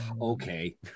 okay